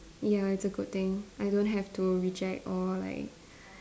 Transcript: ya it's a good thing I don't have to reject or like